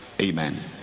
Amen